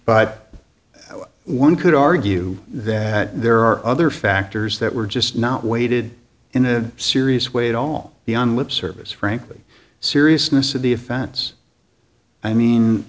but one could argue that there are other factors that were just not weighted in a serious way at all the on lip service frankly seriousness of the offense i mean